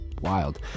wild